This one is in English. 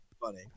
funny